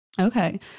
Okay